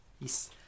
Yes